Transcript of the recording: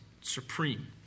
supreme